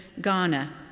Ghana